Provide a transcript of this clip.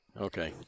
Okay